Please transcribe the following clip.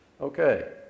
Okay